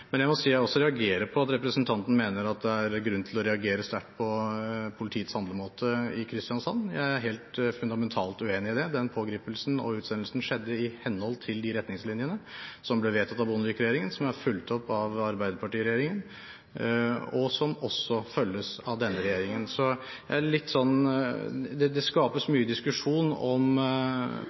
Men jeg må si at jeg også reagerer på at representanten mener det er grunn til å reagere sterkt på politiets handlemåte i Kristiansand. Jeg er helt fundamentalt uenig i det. Den pågripelsen og utsendelsen skjedde i henhold til de retningslinjene som ble vedtatt av Bondevik-regjeringen, som ble fulgt opp av Arbeiderparti-regjeringen, og som også følges av denne regjeringen. Det skapes mye diskusjon om påstander basert på informasjon fra én side i denne saken. Jeg tror det